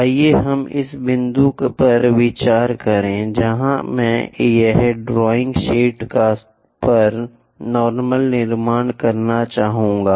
आइए हम इस बिंदु पर विचार करें जहां मैं यहां ड्राइंग शीट पर सामान्य निर्माण करना चाहूंगा